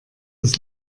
das